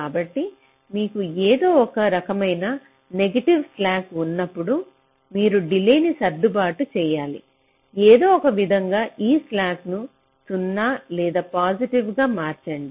కాబట్టి మీకు ఏదో ఒక రకమైన నెగటివ్ స్లాక్స్ ఉన్నప్పుడు మీరు డిలేన్ని సర్దుబాటు చేయాలి ఏదో ఒకవిధంగా ఈ స్లాక్ ను 0 లేదా పాజిటివ్ గా మార్చండి